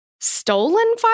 stolen